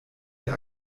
der